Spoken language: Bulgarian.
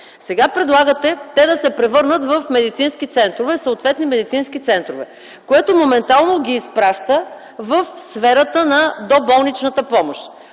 Сега предлагате те да се превърнат в съответни медицински центрове, което моментално ги изпраща в сферата на доболничната помощ.